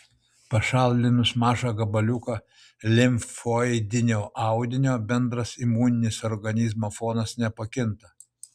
pašalinus mažą gabaliuką limfoidinio audinio bendras imuninis organizmo fonas nepakinta